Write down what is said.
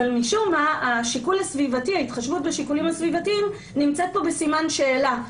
אבל משום מה ההתחשבות בשיקולים הסביבתיים נמצאת פה בסימן שאלה.